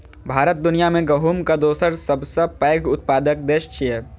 भारत दुनिया मे गहूमक दोसर सबसं पैघ उत्पादक देश छियै